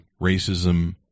racism